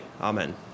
Amen